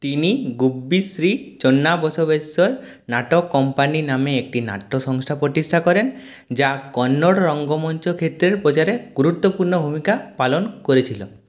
তিনি গুব্বি শ্রীচন্দা বসবেশ্বর নাটক কোম্পানি নামে একটি নাট্যসংস্থা প্রতিষ্ঠা করেন যা কন্নড় রঙ্গমঞ্চ ক্ষেত্রের প্রচারে গুরুত্বপূর্ণ ভূমিকা পালন করেছিল